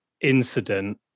incident